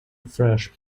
fresh